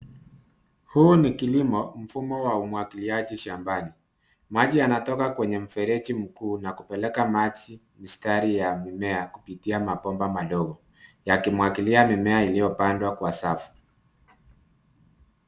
Hiki ni kilimo, mfumo wa umwagiliaji shambani. Maji yanatoka kwenye mfereji mkuu na kupeleka maji mistari ya mimea kupitia mabomba madogo yakimwagilia mimea iliyopandwa kwa safu.